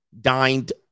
dined